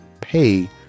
pay